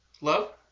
Love